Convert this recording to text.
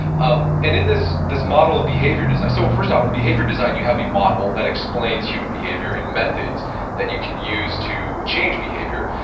um and in this this model of behavior design, so first off, the behavior design, you have a model that explains human behavior and methods that you can use to change behavior.